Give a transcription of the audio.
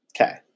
Okay